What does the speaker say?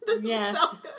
Yes